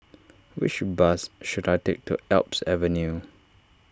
which bus should I take to Alps Avenue